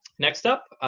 next up,